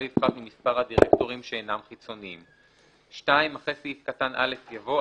לא יפחת ממספר הדירקטורים שאינם חיצוניים."; (2)אחרי סעיף קטן (א) יבוא: